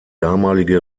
damalige